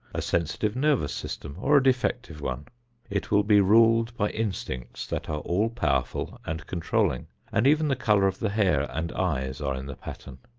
a sensitive nervous system or a defective one it will be ruled by instincts that are all-powerful and controlling, and even the color of the hair and eyes are in the pattern.